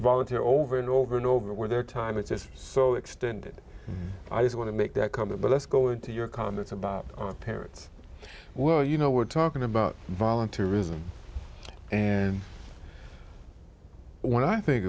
volunteer over and over and over where their time it's so extended i just want to make that comment but let's go into your comments about parents well you know we're talking about volunteerism and when i think